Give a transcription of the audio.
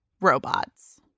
Robots